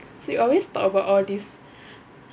so you always talk about all this